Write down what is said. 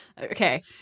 Okay